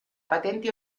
patente